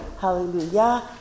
hallelujah